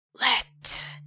Let